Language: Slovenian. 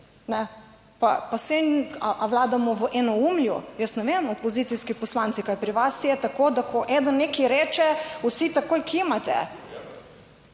Pa saj, ali vladamo v enoumju, jaz ne vem, opozicijski poslanci kaj pri vas je, tako da ko eden nekaj reče, vsi takoj kimate.